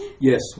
Yes